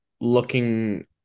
Looking